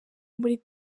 muri